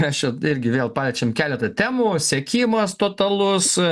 aš irgi vėl paliečiam keletą temų sekimas totalus